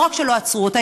לא רק שלא עצרו אותה,